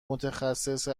متخصص